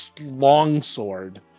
longsword